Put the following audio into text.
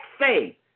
say